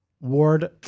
Ward